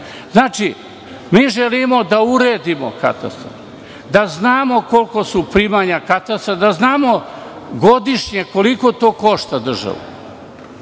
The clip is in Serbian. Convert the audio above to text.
raspravimo. Mi želimo da uredimo katastar, da znamo kolika su primanja katastra, da znamo godišnje koliko to košta državu